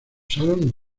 usaron